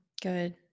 good